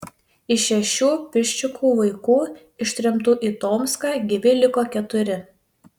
iš šešių piščikų vaikų ištremtų į tomską gyvi liko keturi